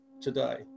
today